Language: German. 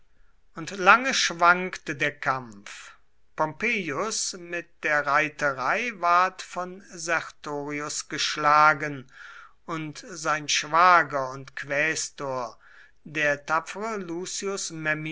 und lange schwankte der kampf pompeius mit der reiterei ward von sertorius geschlagen und sein schwager und quästor der tapfere lucius